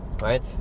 right